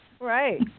Right